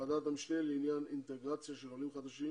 ועדת המשנה לעניין אינטגרציה של עולים חדשים